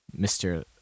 Mr